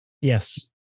yes